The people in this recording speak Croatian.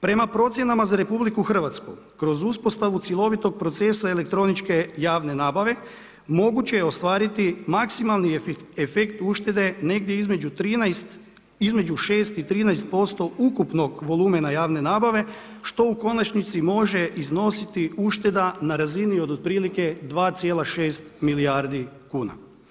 Prema procjenama za RH kroz uspostavu cjelovitog procesa elektroničke javne nabave, moguće je ostvariti maksimalni efekt uštede negdje između 6 i 13% ukupnog volumena javne nabave što u konačnici može iznositi ušteda na razini od otprilike 2,6 milijardi kuna.